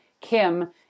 Kim